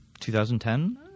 2010